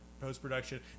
post-production